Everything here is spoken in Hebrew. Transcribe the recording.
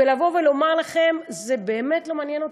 ולבוא ולומר לכם: זה באמת לא מעניין אותנו.